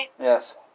Yes